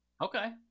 Okay